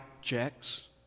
checks